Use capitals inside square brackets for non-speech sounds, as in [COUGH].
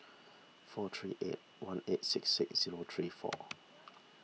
four three eight one eight six six zero three four [NOISE]